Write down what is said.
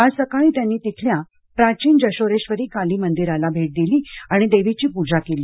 आज सकाळी त्यांनी तिथल्या प्राचीन जशोरेश्वरी काली मंदिराला भेट दिली आणि देवीची पूजा केली